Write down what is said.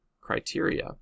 criteria